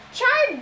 Char